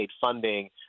funding